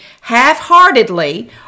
half-heartedly